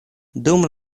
dum